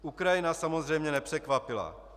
Ukrajina samozřejmě nepřekvapila.